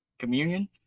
communion